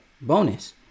bonus